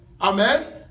amen